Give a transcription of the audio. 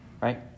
Right